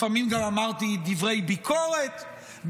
לפעמים גם אמרתי דברי ביקורת,